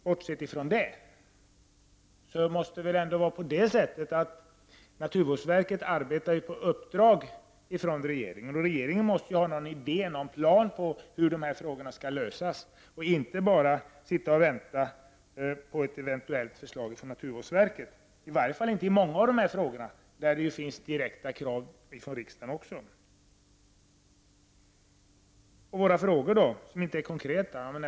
Bortsett från det måste det väl ändå vara så att naturvårdsverket arbetar på uppdrag av regeringen, och regeringen måste ju ha någon idé om eller någon plan för hur de här problemen skall lösas och kan väl inte bara sitta och vänta på ett förslag från naturvårdsverket, i varje fall inte i många av de här frågorna, där det finns direkta krav också från riksdagen. Och våra frågor då, som inte är konkreta?